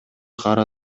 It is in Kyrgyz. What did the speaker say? кара